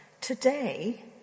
today